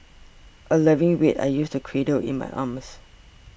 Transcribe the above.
a loving weight I used to cradle in my arms